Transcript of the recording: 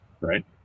Right